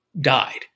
died